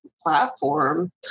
platform